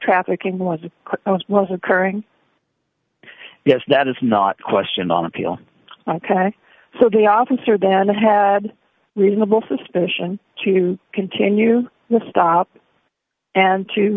trafficking was was occurring yes that is not a question on appeal ok so the officer then had reasonable suspicion to continue the stop and to